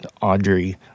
Audrey